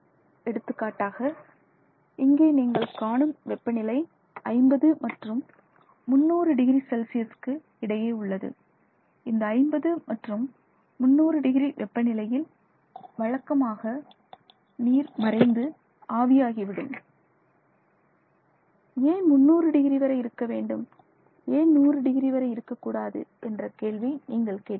எடுத்துக்காட்டாக இங்கே நீங்கள் காணும் வெப்பநிலை 50 மற்றும் 300 டிகிரி செல்சியசுக்கு இடையே உள்ளது இந்த 50 மற்றும் 300 டிகிரி வெப்பநிலையில் வழக்கமாக நீர் மறைந்து ஆவியாகிவிடும் ஏன் 300 டிகிரி வரை இருக்க வேண்டும் ஏன் 100 டிகிரி வரை இருக்கக்கூடாது என்ற கேள்வி நீங்கள் கேட்கலாம்